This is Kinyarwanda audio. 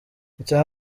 icya